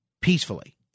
peacefully